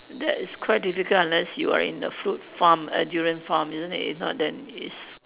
that is quite difficult unless you are in a fruit farm a durian farm isn't it if not then it's